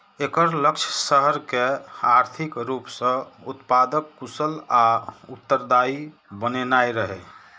एकर लक्ष्य शहर कें आर्थिक रूप सं उत्पादक, कुशल आ उत्तरदायी बनेनाइ रहै